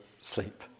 sleep